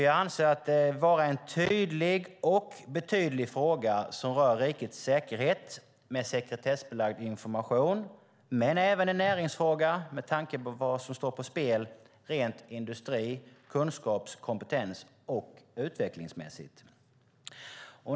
Jag anser det nämligen vara en tydlig och betydlig fråga som rör rikets säkerhet med sekretessbelagd information, men även en näringsfråga med tanke på vad som står på spel rent industri-, kunskaps-, kompetens och utvecklingsmässigt.